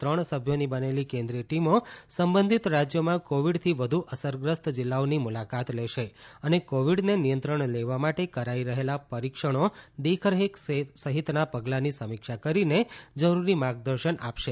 ત્રણ સભ્યોની બનેલી કેન્દ્રિય ટીમો સંબંધિત રાજ્યોમાં કોવિડથી વધુ અસરગ્રસ્ત જિલ્લાઓની મુલાકાત લેશે તથા કોવિડને નિયંત્રણ લેવા માટે કરાઇ રહેલા પરિક્ષણો દેખરેખ સહિતના પગલાંની સમીક્ષા કરીને જરૂરી માર્ગદર્શન આપશે